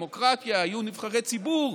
בדמוקרטיה יהיו נבחרי ציבור,